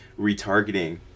retargeting